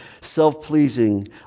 self-pleasing